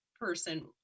person